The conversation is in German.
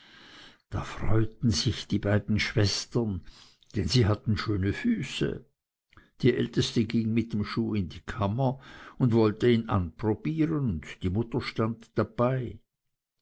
da freuten sich die beiden schwestern denn sie hatten schöne füße die älteste ging mit dem schuh in die kammer und wollte ihn anprobieren und die mutter stand dabei